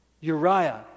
Uriah